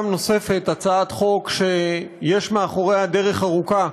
נוספת הצעת חוק שיש מאחוריה דרך ארוכה.